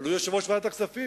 אבל הוא יושב-ראש ועדת הכספים,